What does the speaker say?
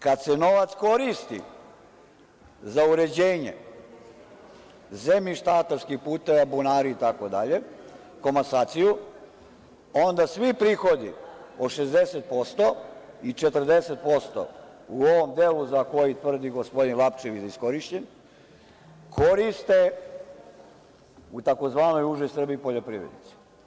Kad se novac koristi za uređenje zemljišta, atarskih puteva, bunara, itd, komasaciju, onda svi prihodi od 60% i 40%, u ovom delu za koji tvrdi gospodin Lapčević da je iskorišćen, koriste u tzv. „užoj Srbiji“ poljoprivrednici.